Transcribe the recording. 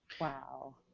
Wow